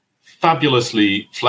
fabulously